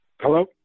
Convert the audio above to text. Hello